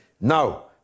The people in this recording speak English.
now